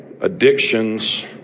addictions